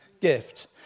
gift